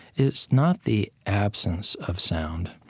it's not the absence of sound.